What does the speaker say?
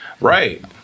right